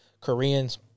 Koreans